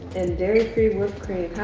and dairy free worth created.